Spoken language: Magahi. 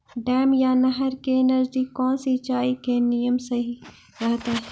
डैम या नहर के नजदीक कौन सिंचाई के नियम सही रहतैय?